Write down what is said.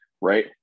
right